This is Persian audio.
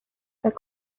فکر